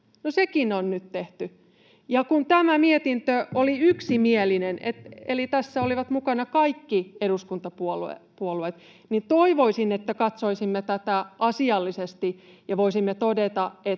sekin on nyt tehty. Ja kun tämä mietintö oli yksimielinen, eli tässä olivat mukana kaikki eduskuntapuolueet, toivoisin, että katsoisimme tätä asiallisesti ja voisimme todeta,